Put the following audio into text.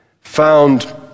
found